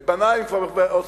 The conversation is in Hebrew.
אתה אומר, ממה ירוויחו?